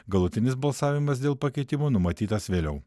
galutinis balsavimas dėl pakeitimų numatytas vėliau